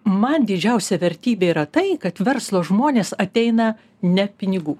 man didžiausia vertybė yra tai kad verslo žmonės ateina ne pinigų